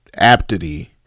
aptity